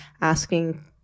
asking